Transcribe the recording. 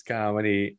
Comedy